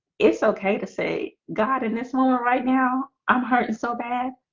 it's okay to say god in this moment right now, i'm hurting so bad.